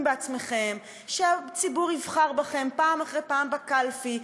בעצמכם שהציבור יבחר בכם פעם אחרי פעם בקלפי,